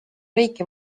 riiki